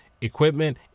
equipment